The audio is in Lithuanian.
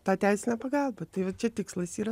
tą teisinę pagalbą tai va čia tikslas yra